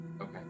Okay